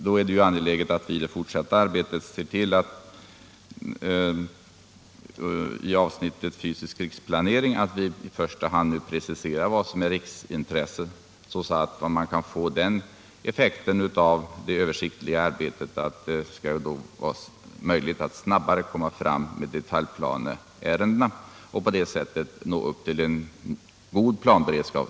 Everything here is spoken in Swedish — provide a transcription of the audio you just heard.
Då är det angeläget att i det fortsatta arbetet se till, i avsnittet fysisk riksplanering, att i första hand precisera vad som är riksintresse, så att vi kan få den effekten av det översiktliga arbetet att det blir möjligt att snabbare komma fram med detaljplaneärendena, och på det sättet nå upp till en god planberedskap.